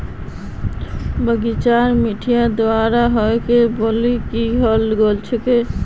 बगीचार माटिक बदलवा ह तोक बहुत कीरा हइ गेल छोक